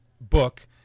book